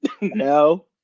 No